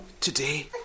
today